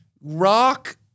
Rock